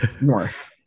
North